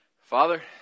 Father